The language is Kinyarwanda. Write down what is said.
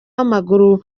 w’amaguru